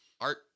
art